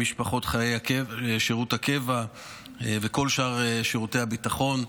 שירות הקבע וכל שאר שירותי הביטחון.